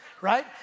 right